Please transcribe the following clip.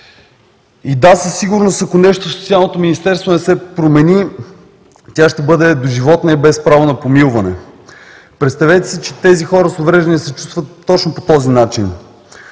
И да, със сигурност, ако нещо в Социалното министерство не се промени, тя ще бъде доживотна и без право на помилване. Представете си, че тези хора с увреждания се чувстват точно по този начин.